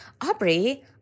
Aubrey